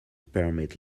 permit